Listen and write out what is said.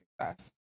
success